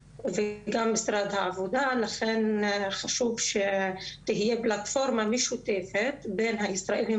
לכן חשוב שתהיה פלטפורמה משותפת בין הישראלים